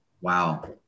wow